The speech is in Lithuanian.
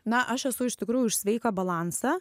na aš esu iš tikrųjų už sveiką balansą